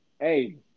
hey